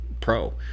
pro